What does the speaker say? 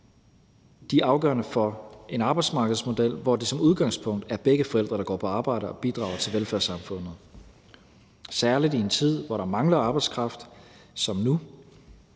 De er afgørende for en arbejdsmarkedsmodel, hvor det som udgangspunkt er begge forældre, der går på arbejde og bidrager til velfærdssamfundet, særlig i en tid, hvor der mangler arbejdskraft som nu.